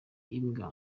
imbwa